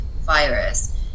virus